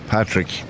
Patrick